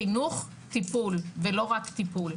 חינוך טיפול ולא רק טיפול.